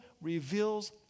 reveals